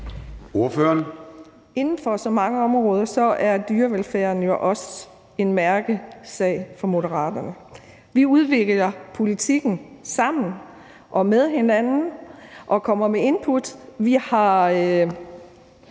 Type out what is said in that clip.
Inden for så mange områder er dyrevelfærden jo også en mærkesag for Moderaterne. Vi udvikler politikken sammen og med hinanden og kommer med input.